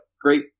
great